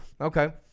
Okay